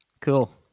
Cool